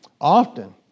often